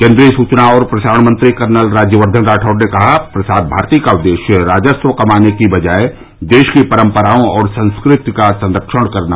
केन्द्रीय सूचना और प्रसारण मंत्री कर्नल राज्यवर्द्वन राठौड़ ने कहा प्रसार भारती का उद्देश्य राजस्व कमाने की बजाय देश की परम्पराओं और संस्कृति का संरक्षण करना